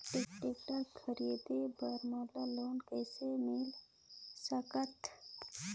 Tractor खरीदे बर मोला लोन कइसे मिल सकथे?